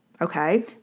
Okay